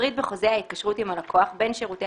יפריד בחוזה ההתקשרות עם הלקוח בין שירותי